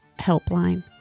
helpline